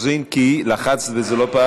הכנסת.